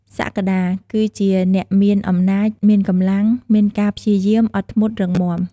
សក្តា គឺជាអ្នកមានអំណាច មានកម្លាំង មានការព្យាយាម អត់ធ្មត់ រឹងមាំ។